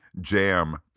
jam